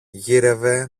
γύρευε